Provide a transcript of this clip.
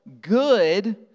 good